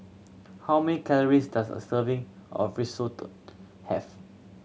how many calories does a serving of Risotto have